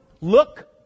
Look